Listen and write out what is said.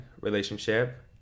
relationship